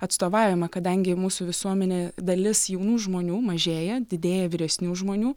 atstovavimą kadangi mūsų visuomenė dalis jaunų žmonių mažėja didėja vyresnių žmonių